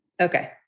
Okay